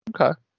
Okay